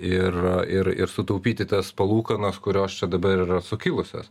ir ir ir sutaupyti tas palūkanas kurios čia dabar yra sukilusios